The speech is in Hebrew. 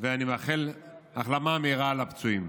ואני מאחל החלמה מהירה לפצועים.